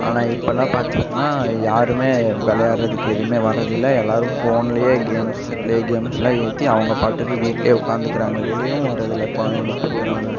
ஆனால் இப்போல்லாம் பார்த்திங்கன்னா யாரும் விளையாடுறதுக்கு எதுவுமே வர்றதில்லை எல்லோரும் ஃபோன்லேயே கேம்ஸ் ப்ளே கேம்ஸ்லாம் ஏற்றி அவங்க பாட்டுக்கு வீட்லேயே உக்காந்துக்கிறாங்க வெளியேவும் வர்றதில்லை குழந்தைங்க இப்போ இருக்கிறவங்க